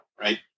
right